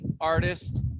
artist